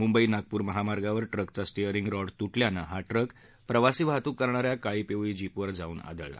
मुंबई नागपूर महामार्गावर ट्रकचा steering rod तुटल्यानं हा ट्रक प्रवासी वाहतूक करणाऱ्या काळी पिवळी जीपवर जाऊन आदळला